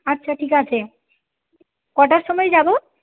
আচ্ছা ঠিক আছে কটার সময় যাব